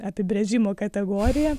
apibrėžimo kategoriją